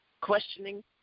questioning